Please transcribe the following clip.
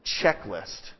checklist